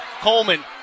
Coleman